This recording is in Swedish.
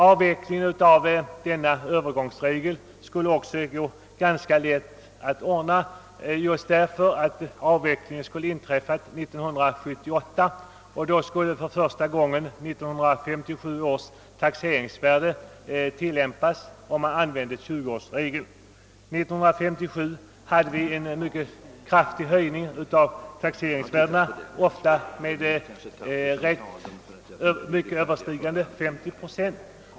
Avvecklingen av Övergångsregeln skulle då också gå ganska lätt att ordna, därför att den skulle inträffa 1978 då vid användning av 20-årsregeln 1957 års taxeringsvärden för första gången skulle tillämpas. 1957 hade vi en mycket kraftig höjning av taxeringsvärdena; dessa höjdes ofta med rätt mycket över 50 procent.